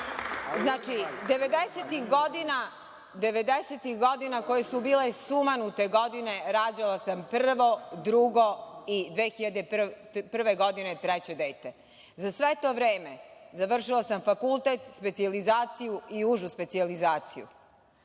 Znači, 90-ih godina, koje su bile sumanute godine, rađala sam prvo, drugo i 2001. godine treće dete. Za sve to vreme završila sam fakultet, specijalizaciju i užu specijalizaciju.